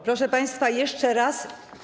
Proszę państwa, jeszcze raz.